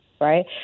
right